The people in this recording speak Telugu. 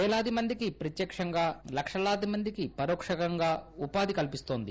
వేలాదిమందికి ప్రత్యక్షంగా లక్షలాది మందికి పరోక్షంగా ఉపాధి కల్పిస్తోంది